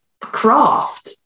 craft